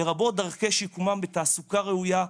לרבות דרכי שיקומם בתעסוקה ראויה,